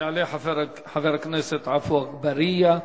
יעלה חבר הכנסת עפו אגבאריה,